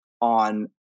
on